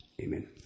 Amen